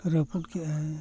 ᱨᱟᱹᱯᱩᱫ ᱠᱮᱜᱼᱟᱭ